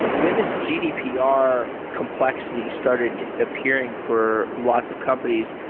when this gdpr complexity started appearing for lots of companies,